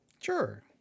Sure